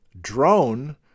drone